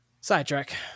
sidetrack